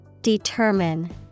Determine